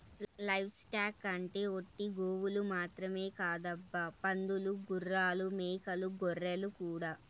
live stock అంటే ఒట్టి గోవులు మాత్రమే కాదబ్బా పందులు గుర్రాలు మేకలు గొర్రెలు కూడా